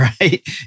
right